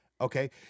Okay